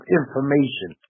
information